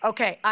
Okay